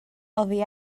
oddi